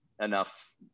enough